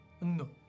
No